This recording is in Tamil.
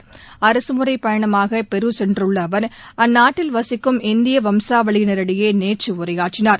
அரகமுறைப் பயணமாக பெரு சென்றுள்ள அவர் அந்நாட்டில் வசிக்கும் இந்திய வம்சாவளியினரிடையே நேற்று உரையாற்றினார்